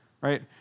Right